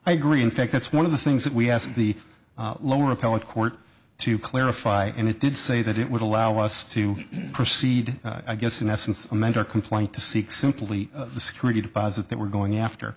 i agree in fact that's one of the things that we asked the lower appellate court to clarify and it did say that it would allow us to proceed i guess in essence a mentor complaint to seek simply the security deposit that we're going after